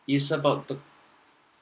it's about the